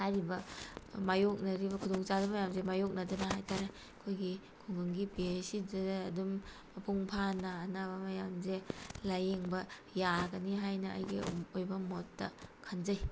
ꯍꯥꯏꯔꯤꯕ ꯃꯥꯏꯌꯣꯛꯅꯔꯤꯕ ꯈꯨꯗꯣꯡ ꯆꯥꯗꯕ ꯃꯌꯥꯝꯁꯦ ꯃꯥꯏꯌꯣꯛꯅꯗꯅ ꯍꯥꯏꯇꯥꯔꯦ ꯑꯩꯈꯣꯏꯒꯤ ꯈꯨꯡꯒꯪꯒꯤ ꯄꯤ ꯍꯩꯆ ꯁꯤꯗꯨꯗ ꯑꯗꯨꯝ ꯃꯄꯨꯡ ꯐꯥꯅ ꯑꯅꯥꯕ ꯃꯌꯥꯝꯁꯦ ꯂꯥꯏꯌꯦꯡꯕ ꯌꯥꯒꯅꯤ ꯍꯥꯏꯅ ꯑꯩꯒꯤ ꯑꯣꯏꯕ ꯃꯣꯠꯇ ꯈꯟꯖꯩ